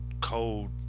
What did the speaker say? cold